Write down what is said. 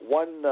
one